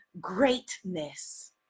greatness